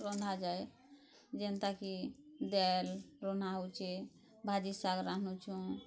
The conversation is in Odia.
ରନ୍ଧା ଯାଏ ଜେନ୍ତା କି ଦେଲ୍ ରୁହ୍ନା ହେଉଛି ଭାଜି ଶାଗ୍ ରାନ୍ଧୁଛୁଁ